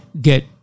get